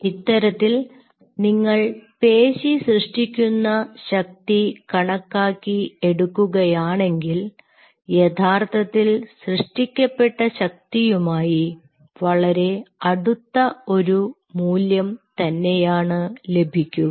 ഇത്തരത്തിൽ നിങ്ങൾ പേശി സൃഷ്ടിക്കുന്ന ശക്തി കണക്കാക്കി എടുക്കുകയാണെങ്കിൽ യഥാർത്ഥത്തിൽ സൃഷ്ടിക്കപ്പെട്ട ശക്തിയുമായി വളരെ അടുത്ത ഒരു മൂല്യം തന്നെയാണ് ലഭിക്കുക